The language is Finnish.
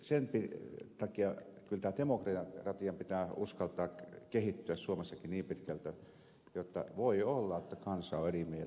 sen takia kyllä demokratian pitää uskaltaa kehittyä suomessakin niin pitkälle jotta voi olla että kansa on eri mieltä